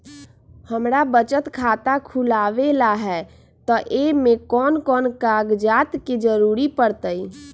हमरा बचत खाता खुलावेला है त ए में कौन कौन कागजात के जरूरी परतई?